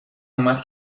اومد